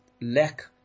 lack